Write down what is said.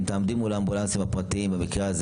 אם תעמדי מול האמבולנסים הפרטיים במקרה הזה